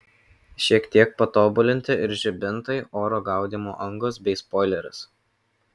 šiek tiek patobulinti ir žibintai oro gaudymo angos bei spoileris